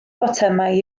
botymau